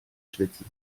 schwitzen